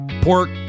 pork